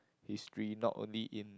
history not only in